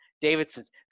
Davidson's